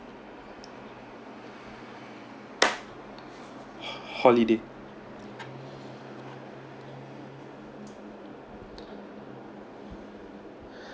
holiday